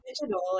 digital